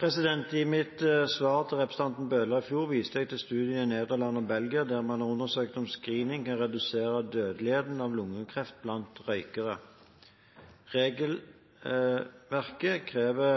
I mitt svar til representanten Bøhler i fjor viste jeg til studien i Nederland og Belgia der man har undersøkt om screening kan redusere dødeligheten av lungekreft blant røykere. Regelverket krever